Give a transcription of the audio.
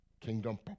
Kingdom